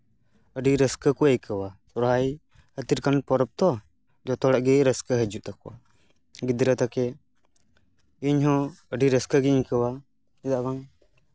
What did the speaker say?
ᱟᱹᱰᱤ ᱨᱟᱹᱥᱠᱟᱹ ᱠᱚ ᱟᱹᱭᱠᱟᱹᱣᱟ ᱥᱚᱦᱨᱟᱭ ᱦᱟᱹᱛᱤ ᱞᱮᱠᱟᱱ ᱯᱚᱨᱚᱵᱽ ᱛᱚ ᱡᱚᱛᱚ ᱦᱚᱲᱟᱜ ᱜᱮ ᱨᱟᱹᱥᱠᱟᱹ ᱦᱤᱡᱩᱜ ᱛᱟᱠᱚᱣᱟ ᱜᱤᱫᱽᱨᱟᱹ ᱛᱷᱮᱠᱮ ᱤᱧ ᱦᱚᱸ ᱟᱹᱰᱤ ᱨᱟᱹᱥᱠᱟᱹ ᱜᱤᱧ ᱟᱹᱭᱠᱟᱹᱣᱟ ᱪᱮᱫᱟᱜ ᱵᱟᱝ